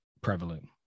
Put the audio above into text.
prevalent